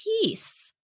peace